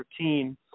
2013